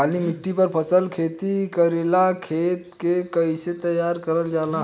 काली मिट्टी पर फसल खेती करेला खेत के कइसे तैयार करल जाला?